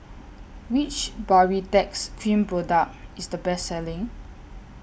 Which Baritex Cream Product IS The Best Selling